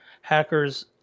hackers